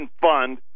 Fund